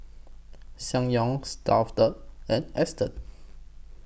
Ssangyong Stuff'd and Astons